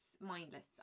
mindless